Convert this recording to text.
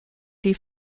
die